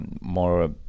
more